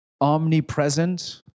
omnipresent